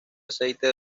aceite